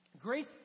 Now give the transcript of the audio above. Grace